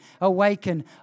awaken